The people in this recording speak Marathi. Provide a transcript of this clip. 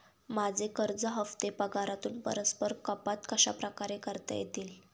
माझे कर्ज हफ्ते पगारातून परस्पर कपात कशाप्रकारे करता येतील?